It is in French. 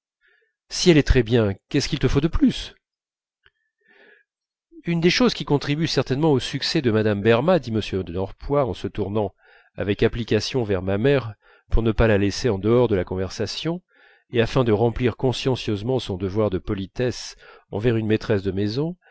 si elle est très bien qu'est-ce qu'il te faut de plus une des choses qui contribuent certainement au succès de mme berma dit m de norpois en se tournant avec application vers ma mère pour ne pas la laisser en dehors de la conversation et afin de remplir consciencieusement son devoir de politesse envers une maîtresse de maison